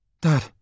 Dad